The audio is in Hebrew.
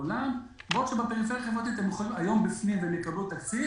עולם בעוד בפריפריה החברתית הם היום בפנים ויקבלו תקציב,